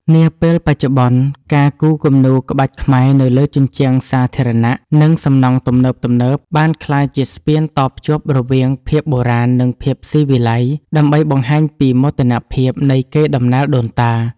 នាពេលបច្ចុប្បន្ន ការគូរគំនូរក្បាច់ខ្មែរនៅលើជញ្ជាំងសាធារណៈ និងសំណង់ទំនើបៗ បានក្លាយជាស្ពានតភ្ជាប់រវាងភាពបុរាណ និងភាពស៊ីវិល័យ ដើម្បីបង្ហាញពីមោទនភាពនៃកេរដំណែលដូនតា។